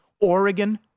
Oregon